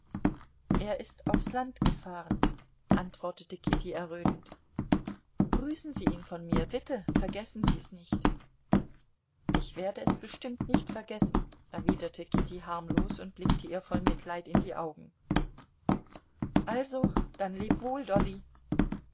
er ist aufs land gefahren antwortete kitty errötend grüßen sie ihn von mir bitte vergessen sie es nicht ich werde es bestimmt nicht vergessen erwiderte kitty harmlos und blickte ihr voll mitleid in die augen also dann leb wohl dolly